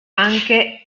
anche